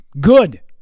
Good